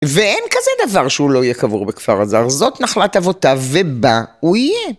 ואין כזה דבר שהוא לא יהיה קבור בכפר אזר, זאת נחלת אבותיו ובה הוא יהיה.